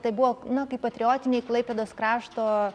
tai buvo na kaip patriotiniai klaipėdos krašto